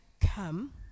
come